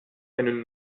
meine